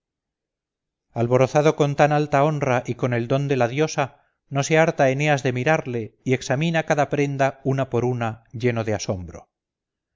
alborozado con tan alta honra y con el don de la diosa no se harta eneas de mirarle y examina cada prenda una por una lleno de asombro